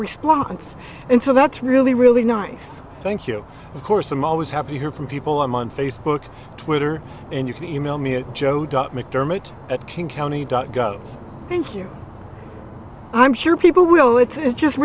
response and so that's really really nice thank you of course i'm always happy hear from people i'm on facebook twitter and you can email me at joe dot macdermott at king county dot gov thank you i'm sure people will it is just